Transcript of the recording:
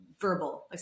verbal